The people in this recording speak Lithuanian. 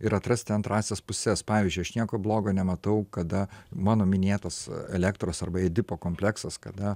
ir atrasti antrąsias puses pavyzdžiui aš nieko blogo nematau kada mano minėtas elektros arba edipo kompleksas kada